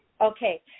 Okay